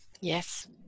Yes